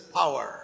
power